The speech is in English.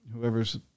whoever's